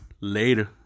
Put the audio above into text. Later